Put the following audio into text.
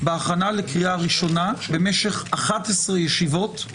בהכנה לקריאה ראשונה במשך 11 ישיבות,